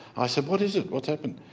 i said, what is it, what's happened?